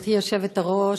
גברתי היושבת-ראש,